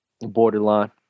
Borderline